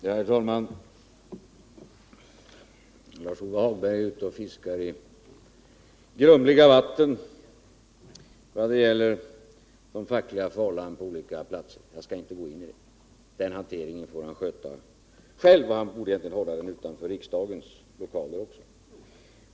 Herr talman! Lars-Ove Hagberg är ute och fiskar i grumliga vatten vad gäller de fackliga förhållandena på olika platser. Jag skall inte gå in i den diskussionen. Den hanteringen får han sköta själv, och han borde egentligen hålla den utanför riksdagens lokaler.